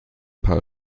paar